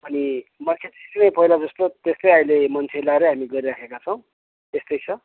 अनि पहिलाको जस्तो त्यस्तै अहिले मान्छे लगाएर हामी गरिराखेका छौँ त्यस्तै छ